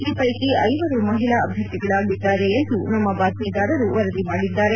ಈ ಪೈಕಿ ಐವರು ಮಹಿಳಾ ಅಭ್ಯರ್ಥಿಗಳಿದ್ದಾರೆ ಎಂದು ನಮ್ಮ ಬಾತ್ಲೀದಾರರು ವರದಿ ಮಾಡಿದ್ದಾರೆ